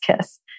kiss